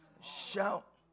shout